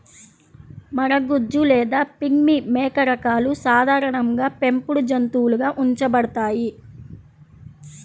మరగుజ్జు లేదా పిగ్మీ మేక రకాలు సాధారణంగా పెంపుడు జంతువులుగా ఉంచబడతాయి